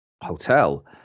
hotel